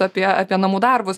apie apie namų darbus